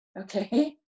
Okay